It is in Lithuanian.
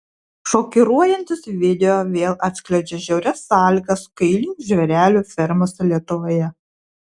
šokiruojantis video vėl atskleidžia žiaurias sąlygas kailinių žvėrelių fermose lietuvoje